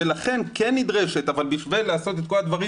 ולכן כן נדרשת אבל בשביל לעשות את כל הדברים